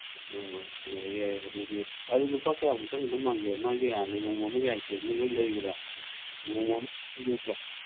ꯑꯣ ꯌꯥꯏ ꯌꯥꯏ ꯑꯗꯨꯗꯤ ꯑꯗꯨ ꯂꯨꯄꯥ ꯀꯌꯥꯃꯨꯛ ꯆꯪꯒꯗꯧ ꯃꯥꯟꯒꯦ ꯃꯥꯒꯤ ꯂꯨꯍꯣꯡꯕ ꯑꯃꯒꯤ ꯑꯥꯏꯇꯦꯝꯁꯦ ꯂꯣꯏ ꯂꯩꯕꯗ